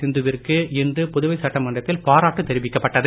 சிந்துவிற்கு இன்று புதுவை சட்டமன்றத்தில் பாராட்டு தெரிவிக்கப்பட்டது